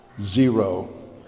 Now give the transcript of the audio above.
Zero